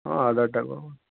ହଁ ଆଗର୍ ଟା